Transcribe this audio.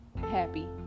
happy